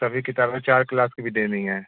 सभी किताबें चार क्लास की भी देनी हैं